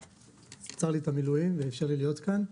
שעצר לי את המילואים ואפשר לי להיות כאן.